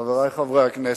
חברי חברי הכנסת,